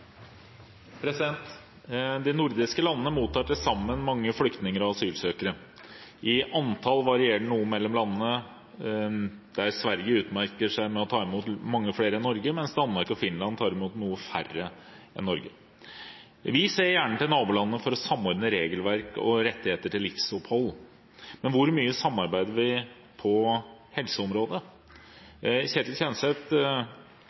noe mellom landene, der Sverige utmerker seg ved å ta imot mange flere enn Norge, mens Danmark og Finland tar imot noen færre enn Norge. Vi ser gjerne til nabolandene for å samordne regelverk og rettigheter når det gjelder livsopphold, men hvor mye samarbeider vi på helseområdet? Ketil Kjenseth